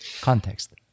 context